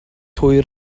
hwyr